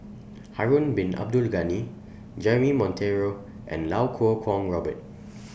Harun Bin Abdul Ghani Jeremy Monteiro and Lau Kuo Kwong Robert